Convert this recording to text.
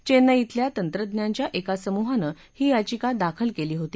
चेन्नई शिल्या तंत्रज्ञांच्या एका समुहानं ही याचिक दाखल केली होती